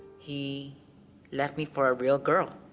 he left me for a real girl,